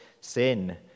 sin